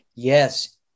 Yes